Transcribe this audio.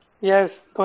Yes